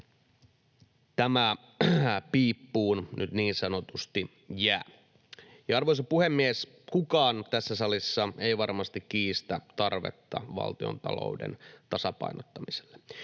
tämä piippuun nyt niin sanotusti jää. Arvoisa puhemies! Kukaan tässä salissa ei varmasti kiistä tarvetta valtiontalouden tasapainottamiselle,